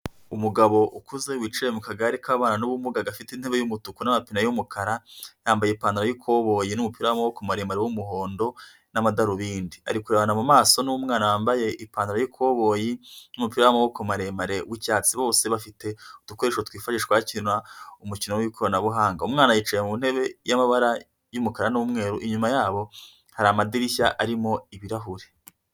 Umugabo ukuze wicaye mu kagari k'ababana n'ubumuga gafite intebe y'umutuku n'amapine y'umukara, yambaye ipantaro y'ikoboyi n'umupira w'amaboko maremare w'umuhondo n'amadarubindi, ari kurebana mu mumaso n'umwana wambaye ipantaro y'ikoboyi n'umupira w'amaboko maremare w'icyatsi, bose bafite udukoresho twifashishwa bakina umukino w'ikoranabuhanga, umwana yicaye mu ntebe y'amabara y'umukara n'umweru, inyuma yabo hari amadirishya arimo ibirahuri.